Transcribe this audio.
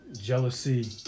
Jealousy